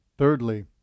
Thirdly